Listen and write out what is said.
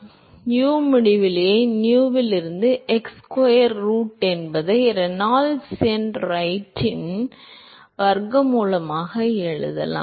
எனவே u முடிவிலியை nu இலிருந்து x ஸ்கொயர் ரூட் என்பதை ரெனால்ட்ஸ் எண் ரைட்டின் வர்க்க மூலமாக எழுதலாம்